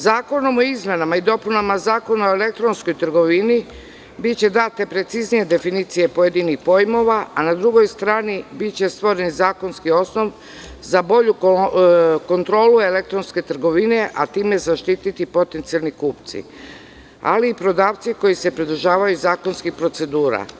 Zakonom o izmenama i dopuna Zakona o elektronskoj trgovini biće date preciznije definicije pojedinih pojmova, a na drugoj strani biće stvoren zakonski osnov za bolju kontrolu elektronske trgovine, a time zaštiti potencijalni kupci, ali i prodavci koji se pridržavaju zakonskih procedura.